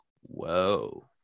whoa